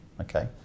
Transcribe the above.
okay